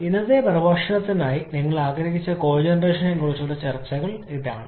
ഇന്നത്തെ പ്രഭാഷണത്തിനായി നിങ്ങൾ ആഗ്രഹിച്ച കോജെനറേഷനെക്കുറിച്ചുള്ള ചർച്ച അതാണ്